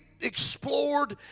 explored